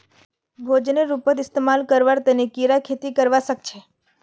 भोजनेर रूपत इस्तमाल करवार तने कीरा खेती करवा सख छे